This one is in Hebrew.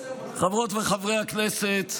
זה, חברות וחברי הכנסת,